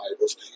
Bibles